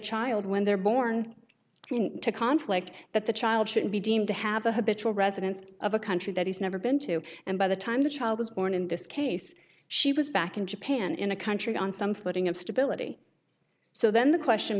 child when they're born in a conflict that the child should be deemed to have a habitual residence of a country that he's never been to and by the time the child was born in this case she was back in japan in a country on some footing of stability so then the question